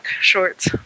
shorts